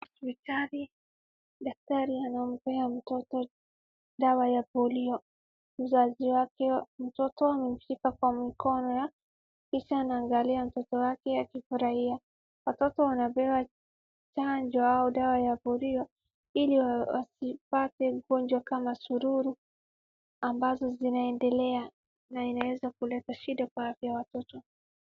Daktari, daktari anampea mtoto dawa ya polio. Mzazi wake mtoto amemshika kwa mikono yake, kisha anaangalia mtoto wake akifurahia. Watoto wanapewa chanjo au dawa ya polio ili wasipate ugonjwa kama surua ambazo zinaendelea na inaweza kuleta shida kwa afya ya watoto.